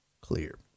clear